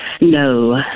No